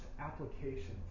applications